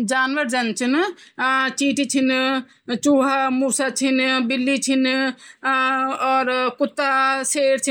जू चैन वहनी वे पा योक लॉक दीयू रेन अ जे त हम माथी मूडी कन ची त